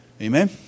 Amen